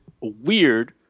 weird